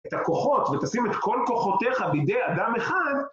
את הכוחות, ותשים את כל כוחותיך בידי אדם אחד.